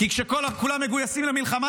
כשכולם מגויסים למלחמה,